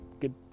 good